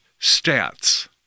stats